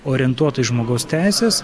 orientuota į žmogaus teises